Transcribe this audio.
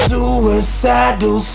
Suicidal